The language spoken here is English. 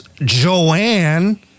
Joanne